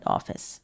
Office